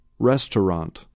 Restaurant